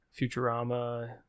Futurama